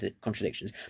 contradictions